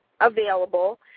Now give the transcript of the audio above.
available